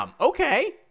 Okay